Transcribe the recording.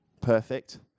Perfect